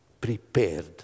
prepared